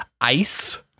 ICE